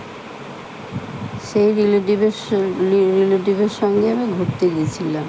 সেই রিলেটিভের রিলেটিভের সঙ্গে আমি ঘুরতে গিয়েছিলাম